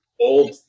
old